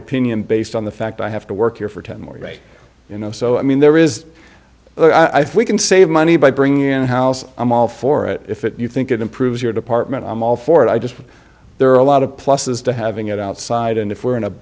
opinion based on the fact i have to work here for ten more days you know so i mean there is i think can save money by bringing in house i'm all for it if it you think it improves your department i'm all for it i just there are a lot of pluses to having it outside and if we're in a